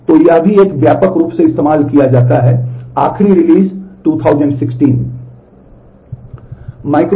तो यह भी एक व्यापक रूप से इस्तेमाल किया जाता है आखिरी रिलीज 2016